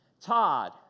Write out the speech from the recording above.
Todd